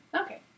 Okay